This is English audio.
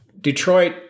Detroit